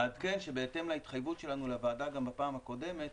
אעדכן שבהתאם להתחייבות שלנו לוועדה מהפעם הקודמת,